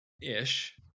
ish